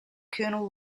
colonel